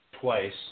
twice